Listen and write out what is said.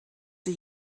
the